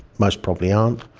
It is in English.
most probably aren't.